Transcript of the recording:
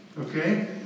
Okay